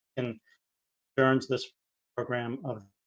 and burns this program